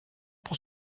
pour